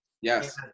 Yes